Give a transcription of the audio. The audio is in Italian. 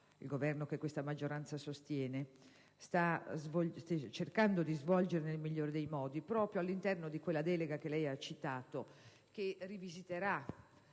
il Governo che questa maggioranza sostiene, sta cercando di svolgere nel migliore dei modi proprio all'interno di quella delega che egli ha citato. Una delega